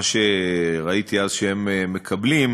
מה שראיתי אז שהם מקבלים,